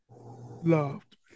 loved